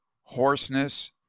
hoarseness